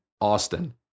Austin